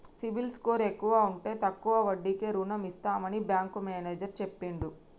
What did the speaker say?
CIBIL score ఎక్కువ ఉంటే తక్కువ వడ్డీకే రుణం ఇస్తామని బ్యాంకు మేనేజర్ చెప్పిండు